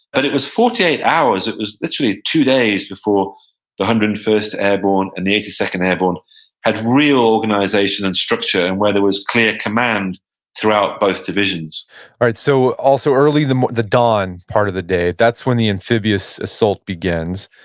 but it was forty eight hours, it was literally two days, before the one hundred and first airborne and the eighty second airborne had real organization and structure and where there was clear command throughout both divisions all right. so also, the the dawn part of the day. that's when the amphibious assault begins.